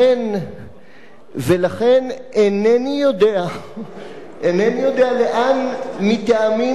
אינני יודע לאן, מטעמים קואליציוניים,